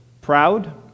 proud